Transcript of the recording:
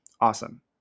Awesome